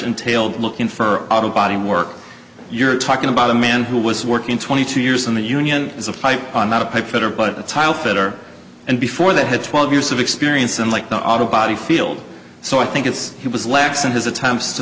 entailed lookin fer autobody work you're talking about a man who was working twenty two years in a union as a pipe on not a pipe fitter but a tile fitter and before that had twelve years of experience unlike the auto body field so i think it's he was lax in his attempts to